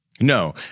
No